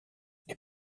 les